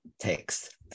text